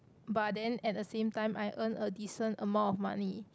but then at the same time I earn a decent amount of money